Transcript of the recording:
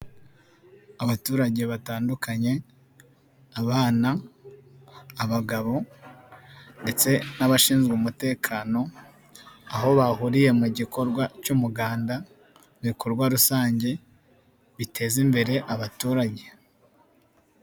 Abaturage batandukanye, abana, abagabo ndetse n'abashinzwe umutekano, aho bahuriye mu gikorwa cy'umuganda, ibikorwa rusange biteza imbere abaturage.